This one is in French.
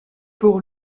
pour